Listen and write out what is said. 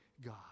God